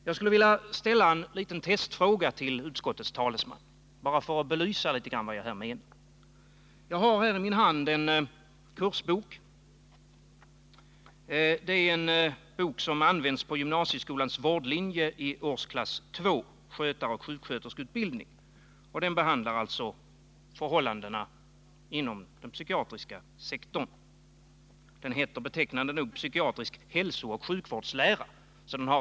Jag skulle vilja ställa en testfråga till utskottets talesman bara för att något belysa vad jag menar. Jag har i min hand en kursbok. Den används på gymnasieskolans vårdlinje i årsklass 2, skötareoch sjuksköterskeutbildning. Den behandlar alltså förhållandena inom den psykiatriska sektorn. Boken heter betecknande nog Psykiatrisk hälsooch sjukvårdslära.